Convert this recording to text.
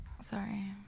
Sorry